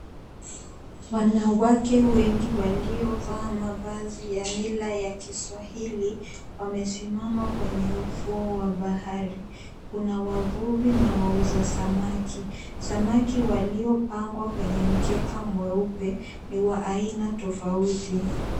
Wanawake wengi waliovaa mavazi ya mila ya Kiswahili wamesimama kwenye ufuo wa bahari. Kuna wavuvi na wauza samaki. Samaki waliopangwa kwenye mkeka mweupe ni wa aina tofauti.